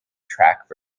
track